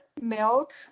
milk